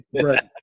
right